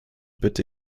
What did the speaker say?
bitte